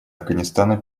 афганистана